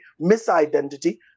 misidentity